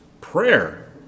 prayer